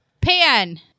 Pan